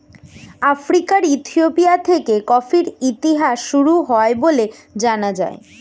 আফ্রিকার ইথিওপিয়া থেকে কফির ইতিহাস শুরু হয় বলে জানা যায়